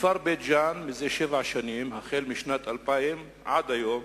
בכפר בית-ג'ן, זה שבע שנים, משנת 2000 עד היום,